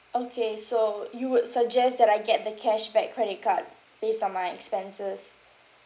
okay so you would suggest that I get the cashback credit card based on my expenses